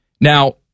Now